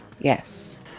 Yes